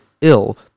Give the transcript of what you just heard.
ill